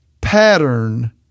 pattern